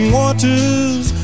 waters